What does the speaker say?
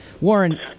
Warren